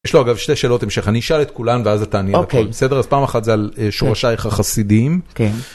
יש לו אגב שתי שאלות המשך אני אשאל את כולם ואז את תעני על הכול בסדר? אוקי, אז פעם אחת זה על שורשייך החסידים.